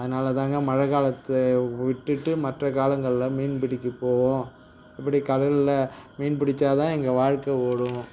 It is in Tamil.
அதனால் தாங்க மழை காலத்தை விட்டுவிட்டு மற்ற காலங்களில் மீன் பிடிக்க போவோம் இப்படி கடலில் மீன் பிடிச்சால் தான் எங்கள் வாழ்க்கை ஓடும்